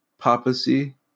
papacy